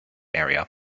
area